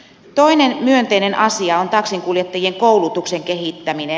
toinen myönteinen asia on taksinkuljettajien koulutuksen kehittäminen